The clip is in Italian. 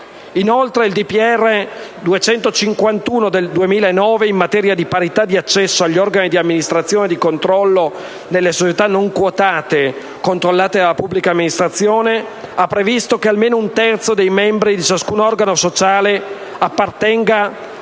novembre 2012, n. 251, in materia di parità di accesso agli organi di amministrazione e di controllo nelle società non quotate controllate dalla pubblica amministrazione, ha previsto che almeno un terzo dei membri di ciascun organo sociale appartenga al